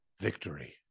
victory